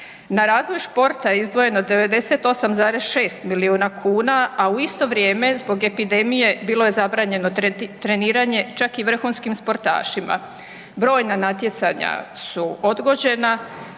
Na razvoj športa je izdvojeno 9,6 miliona kuna, a u isto vrijeme zbog epidemije bilo je zabranjeno treniranje čak i vrhunskim sportašima. Brojna natjecanja su odgođena